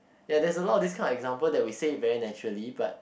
ya there's a lot of this kind of example that we say it very naturally but